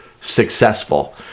successful